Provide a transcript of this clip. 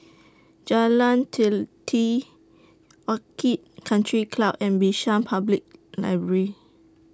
Jalan Teliti Orchid Country Club and Bishan Public Library